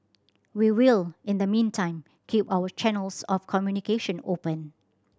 we will in the meantime keep our channels of communication open